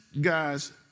guys